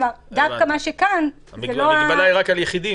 המגבלה היא רק על יחידים?